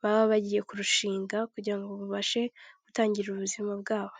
baba bagiye kurushinga, kugirango babashe gutangira ubuzima bwabo.